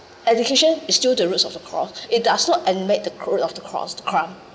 education is still the roots of a core it does not admit the root of the cores crime